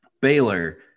Baylor